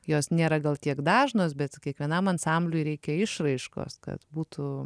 jos nėra gal tiek dažnos bet kiekvienam ansambliui reikia išraiškos kad būtų